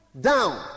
down